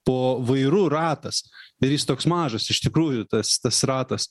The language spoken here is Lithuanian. po vairu ratas ir jis toks mažas iš tikrųjų tas tas ratas